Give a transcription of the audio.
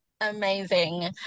Amazing